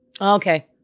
Okay